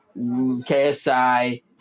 KSI